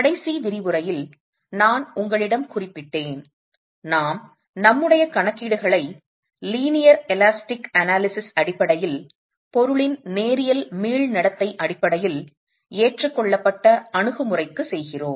கடைசி விரிவுரையில் நான் உங்களிடம் குறிப்பிட்டேன் நாம் நம்முடைய கணக்கீடுகளை லீனியர் எலாஸ்டிக் பகுப்பாய்வின் அடிப்படையில் பொருளின் நேரியல் மீள் நடத்தை அடிப்படையில் ஏற்றுக்கொள்ளப்பட்ட அணுகுமுறைக்கு செய்கிறோம்